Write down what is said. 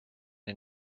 den